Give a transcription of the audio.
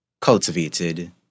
cultivated